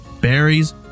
berries